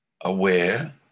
aware